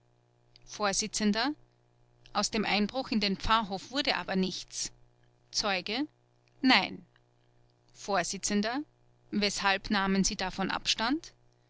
vors aus dem einbruch in den pfarrhof wurde aber nichts zeuge nein vors weshalb nahmen sie davon abstand